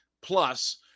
plus